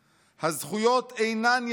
הזכויות אינן יכולות